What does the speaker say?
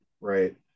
right